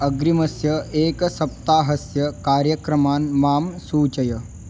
अग्रिमस्य एकसप्ताहस्य कार्यक्रमान् माम् सूचय